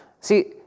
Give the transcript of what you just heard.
See